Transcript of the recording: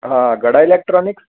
હા ગડા ઇલેક્ટ્રોનિક